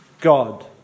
God